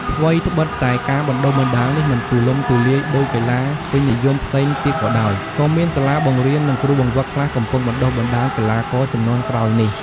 ថ្វីត្បិតតែការបណ្ដុះបណ្ដាលនេះមិនទូលំទូលាយដូចកីឡាពេញនិយមផ្សេងទៀតក៏ដោយ ក៏មានសាលាបង្រៀន និងគ្រូបង្វឹកខ្លះកំពុងបណ្ដុះបណ្ដាលកីឡាករជំនាន់ក្រោយនេះ។